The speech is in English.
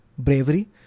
bravery